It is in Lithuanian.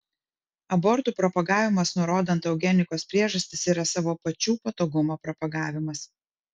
abortų propagavimas nurodant eugenikos priežastis yra savo pačių patogumo propagavimas